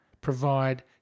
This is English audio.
Provide